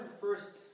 first